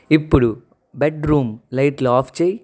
ఇప్పుడు బెడ్రూమ్ లైట్లు ఆఫ్ చేయి